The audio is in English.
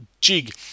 jig